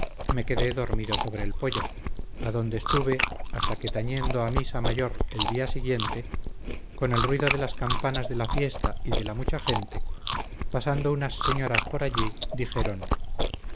me quedé dormido sobre el poyo adonde estuve hasta que tañendo a misa mayor el día siguiente con el ruido de las campanas de la fiesta y de la mucha gente pasando unas señoras por allí dijeron